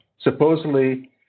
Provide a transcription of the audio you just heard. supposedly